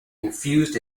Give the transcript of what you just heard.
infused